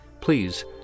please